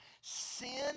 Sin